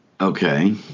okay